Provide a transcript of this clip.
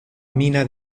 mina